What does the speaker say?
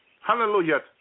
hallelujah